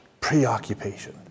preoccupation